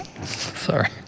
Sorry